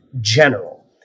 general